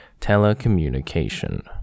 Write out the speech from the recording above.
Telecommunication